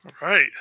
right